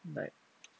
like